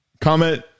comment